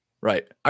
Right